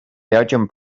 belgium